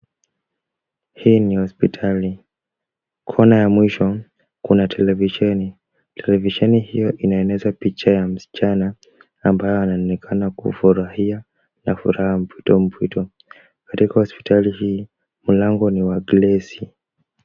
Hii ni hospitali. Corner ya mwisho kuna televisheni. Televisheni hio inaeneza picha ya msichana ambaye anaonekana kufurahia na furaha mpwito mpwito. Katika hospitali hii, mlango ni wa glesi .